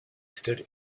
stood